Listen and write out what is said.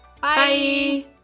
Bye